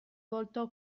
voltò